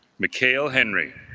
mchale henry